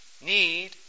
need